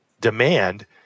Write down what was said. demand